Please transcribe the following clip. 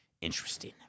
interesting